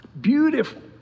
Beautiful